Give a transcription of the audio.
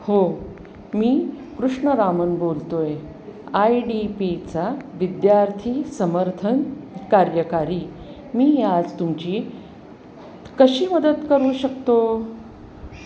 हो मी कृष्णरामन बोलतो आहे आय डी पीचा विद्यार्थी समर्थन कार्यकारी मी आज तुमची कशी मदत करू शकतो